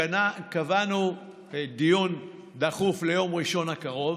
קבענו דיון דחוף ליום ראשון הקרוב,